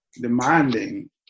demanding